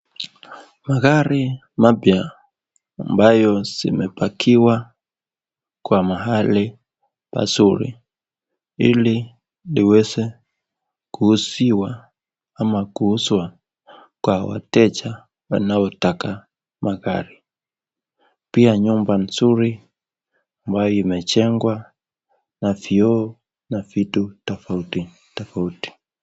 Magari mapya ambayo zimeparkiwa kwa mahali mazuri ili vieze kuuziwa ama kuuzwa kwa wateja wanaotaka magari. Pia nyumba nzuri ambayo imejengwa na vioo na vitu tofauti tofauti.